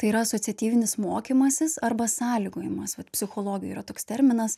tai yra asociatyvinis mokymasis arba sąlygojimas vat psichologijoj yra toks terminas